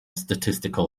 statistical